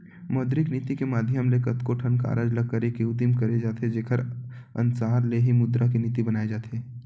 मौद्रिक नीति के माधियम ले कतको ठन कारज ल करे के उदिम करे जाथे जेखर अनसार ले ही मुद्रा के नीति बनाए जाथे